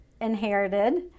inherited